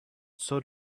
sort